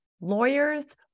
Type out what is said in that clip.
Lawyers